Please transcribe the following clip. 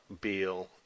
Beal